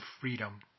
freedom